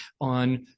on